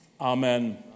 Amen